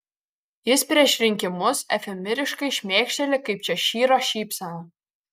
jis prieš rinkimus efemeriškai šmėkšteli kaip češyro šypsena